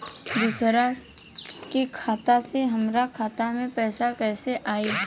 दूसरा के खाता से हमरा खाता में पैसा कैसे आई?